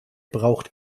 braucht